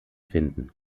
finden